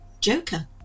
joker